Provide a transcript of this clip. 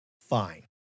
fine